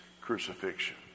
crucifixion